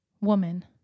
Woman